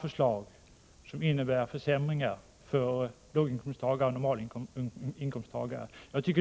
förslag som ni har lagt fram betyder försämringar för lågoch normalinkomsttagare.